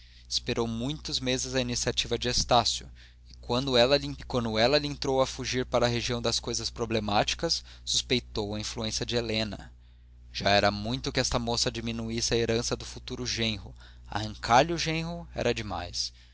esperou muitos meses a iniciativa de estácio e quando ela lhe entrou a fugir para a região das coisas problemáticas suspeitou a influência de helena já era muito que esta moça diminuísse a herança do futuro genro arrancar-lhe o genro era demais